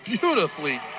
beautifully